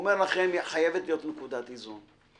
אומר לכם שחייבת להיות נקודת איזון.